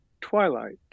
twilight